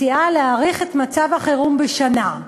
מציעה להאריך את מצב החירום בשנה.